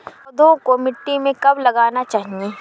पौधें को मिट्टी में कब लगाना चाहिए?